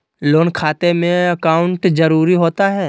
Loan खाते में account जरूरी होता है?